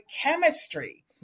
chemistry